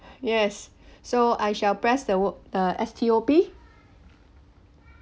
yes so I shall press the wor~ the S T O P